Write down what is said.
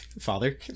father